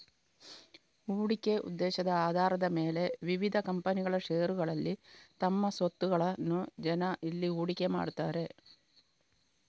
ಹೂಡಿಕೆ ಉದ್ದೇಶದ ಆಧಾರದ ಮೇಲೆ ವಿವಿಧ ಕಂಪನಿಗಳ ಷೇರುಗಳಲ್ಲಿ ತಮ್ಮ ಸ್ವತ್ತುಗಳನ್ನ ಜನ ಇಲ್ಲಿ ಹೂಡಿಕೆ ಮಾಡ್ತಾರೆ